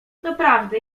doprawdy